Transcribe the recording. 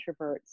introverts